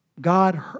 God